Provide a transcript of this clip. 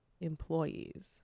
employees